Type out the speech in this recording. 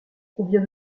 combien